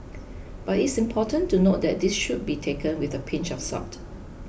but it's important to note that this should be taken with a pinch of salt